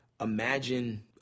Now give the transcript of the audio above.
imagine